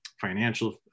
financial